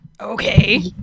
Okay